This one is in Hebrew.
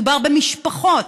מדובר במשפחות.